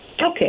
Okay